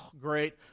great